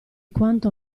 quanto